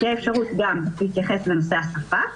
שתהיה אפשרות גם להתייחס לנושא השפה.